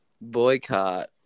boycott